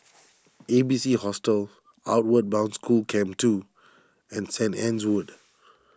A B C Hostel Outward Bound School Camp two and St Anne's Wood